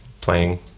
playing